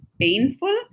painful